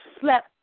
slept